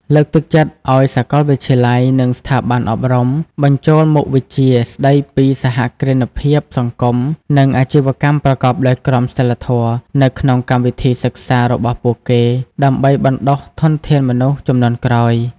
លើកទឹកចិត្តឱ្យសាកលវិទ្យាល័យ និងស្ថាប័នអប់រំ បញ្ចូលមុខវិជ្ជាស្តីពីសហគ្រិនភាពសង្គម និងអាជីវកម្មប្រកបដោយក្រមសីលធម៌ នៅក្នុងកម្មវិធីសិក្សារបស់ពួកគេ ដើម្បីបណ្តុះធនធានមនុស្សជំនាន់ក្រោយ។